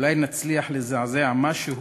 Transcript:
אולי נצליח לזעזע משהו